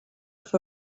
off